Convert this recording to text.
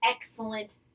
excellent